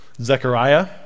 Zechariah